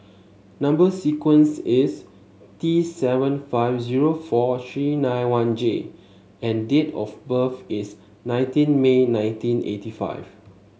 number sequence is T seven five zero four three nine one J and date of birth is nineteen May nineteen eighty five